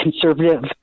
conservative